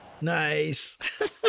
Nice